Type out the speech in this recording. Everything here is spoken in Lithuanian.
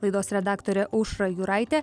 laidos redaktorė aušra juraitė